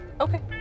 Okay